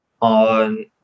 on